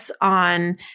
on